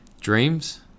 Dreams